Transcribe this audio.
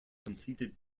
completed